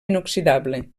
inoxidable